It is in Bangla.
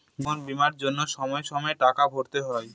জীবন বীমার জন্য সময়ে সময়ে টাকা ভরতে হয়